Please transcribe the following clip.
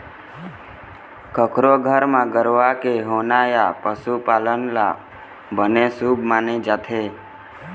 कखरो घर म गरूवा के होना या पशु पालन ल बने शुभ माने जाथे